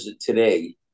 today